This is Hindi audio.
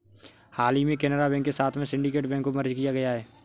हाल ही में केनरा बैंक के साथ में सिन्डीकेट बैंक को मर्ज किया गया है